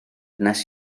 wnes